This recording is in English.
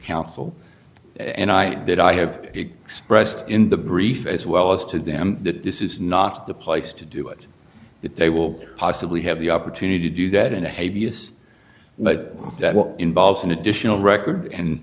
counsel and i that i have a big expressed in the brief as well as to them that this is not the place to do it that they will possibly have the opportunity to do that in the hay vs but that involves an additional record and